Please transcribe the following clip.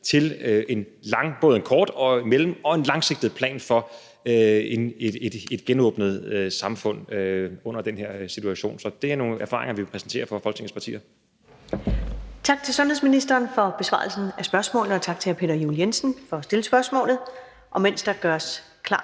til både en kort-, en mellem- og en langsigtet plan for et genåbnet samfund i den her situation. Så det er nogle erfaringer, vi vil præsentere for Folketingets partier. Kl. 14:11 Første næstformand (Karen Ellemann): Tak til sundhedsministeren for besvarelsen af spørgsmålene, og tak til hr. Peter Juel-Jensen for at stille spørgsmålet. Mens der gøres klar